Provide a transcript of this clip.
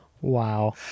wow